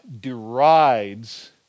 derides